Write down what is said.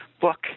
book